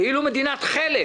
כאילו מדינת חלם